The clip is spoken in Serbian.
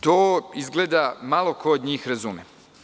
To izgleda malo ko od njih razume.